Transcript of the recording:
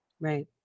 Right